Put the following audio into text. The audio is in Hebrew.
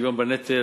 שוויון בנטל,